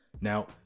now